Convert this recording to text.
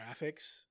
graphics